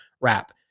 wrap